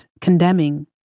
condemning